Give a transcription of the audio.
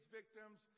victims